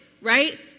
right